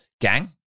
Gang